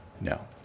No